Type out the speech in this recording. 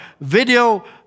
video